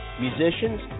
musicians